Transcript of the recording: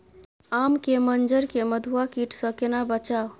आम के मंजर के मधुआ कीट स केना बचाऊ?